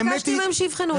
ביקשתי מהם לבחון את זה.